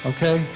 Okay